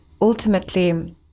Ultimately